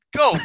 go